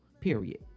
period